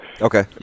Okay